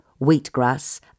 wheatgrass